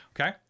Okay